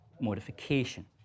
modification